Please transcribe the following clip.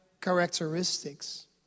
characteristics